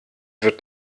wird